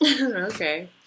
Okay